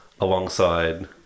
Alongside